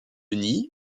nid